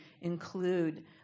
include